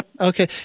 Okay